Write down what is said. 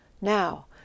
now